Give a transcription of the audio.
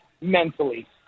mentally